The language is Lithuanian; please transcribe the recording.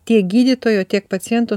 tiek gydytojo tiek paciento